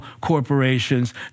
corporations